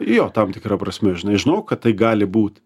jo tam tikra prasme žinai žinau kad tai gali būt